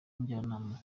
njyanama